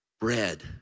bread